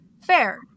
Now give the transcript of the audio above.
fair